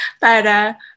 para